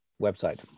website